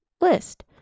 list